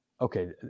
okay